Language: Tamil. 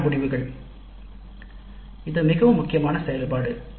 பாடநெறி முடிவுகள் இது மிக முக்கியமான செயல்பாடு